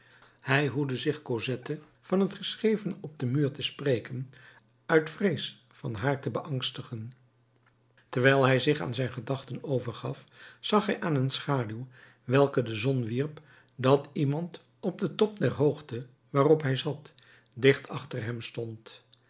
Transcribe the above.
hij hoedde zich cosette van het geschrevene op den muur te spreken uit vrees van haar te beangstigen terwijl hij zich aan zijn gedachten overgaf zag hij aan een schaduw welke de zon wierp dat iemand op den top der hoogte waarop hij zat dicht achter hem stond